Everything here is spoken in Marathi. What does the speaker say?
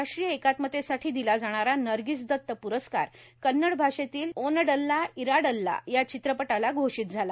राष्ट्रीय एकात्मतेसाठी दिला जाणारा नर्गिस दत्त प्रस्कार कव्नड भाषेतील ओनडल्ला इराडल्ला या चित्रपटाला घोषित झाला